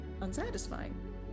unsatisfying